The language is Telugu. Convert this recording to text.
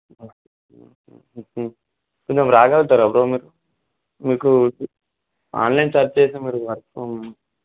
కొంచెం రాగలుగుతారా బ్రో మీరు మీకు ఆన్లైన్ సర్చ్ చేస్తే మీరు వర్క్